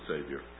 Savior